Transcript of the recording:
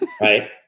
right